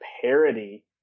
parody